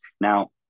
Now